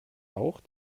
auch